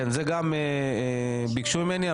כן זה גם ביקשו ממני,